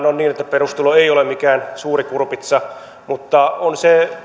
perustulo ei ole mikään suuri kurpitsa mutta on se